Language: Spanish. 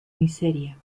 miseria